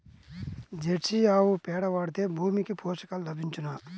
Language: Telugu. జెర్సీ ఆవు పేడ వాడితే భూమికి పోషకాలు లభించునా?